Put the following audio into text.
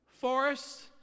forests